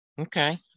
Okay